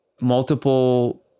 multiple